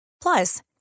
Plus